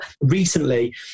recently